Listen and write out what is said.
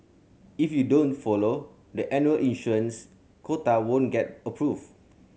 if you don't follow the annual issuance quota won't get approved